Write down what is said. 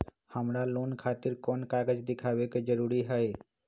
हमरा लोन खतिर कोन कागज दिखावे के जरूरी हई?